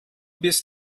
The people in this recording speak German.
bist